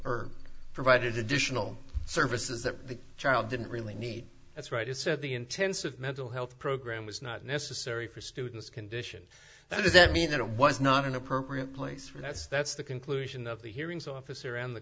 or provided additional services that the child didn't really need that's right it said the intensive mental health program was not necessary for students condition that doesn't mean that it was not an appropriate place for that's that's the conclusion of the hearings officer on the